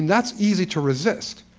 that's easy to resist.